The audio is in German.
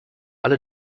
alle